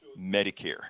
Medicare